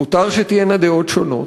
מותר שתהיינה דעות שונות,